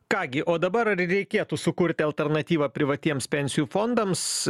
ką gi o dabar reikėtų sukurti alternatyvą privatiems pensijų fondams